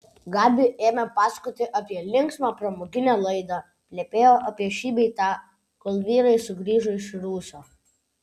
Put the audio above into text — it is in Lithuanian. gabi ėmė pasakoti apie linksmą pramoginę laidą plepėjo apie šį bei tą kol vyrai sugrįžo iš rūsio